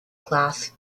class